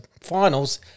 finals